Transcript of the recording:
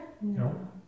No